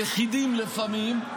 יחידים לפעמים,